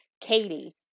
Katie